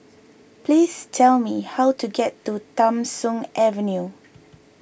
please tell me how to get to Tham Soong Avenue